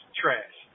trash